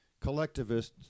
Collectivists